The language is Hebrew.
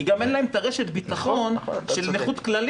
הם לא מגיעים לזה כי לעובדים האלה גם אין את רשת הביטחון של נכות כללית.